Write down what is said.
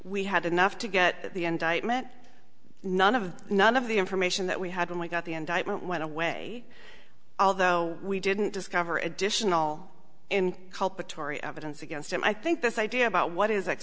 we had enough to get the indictment none of none of the information that we had when we got the indictment went away although we didn't discover additional kulpa torrie evidence against him i think this idea about what is